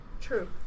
true